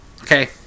Okay